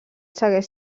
segueix